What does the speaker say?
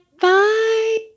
bye